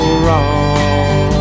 wrong